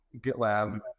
GitLab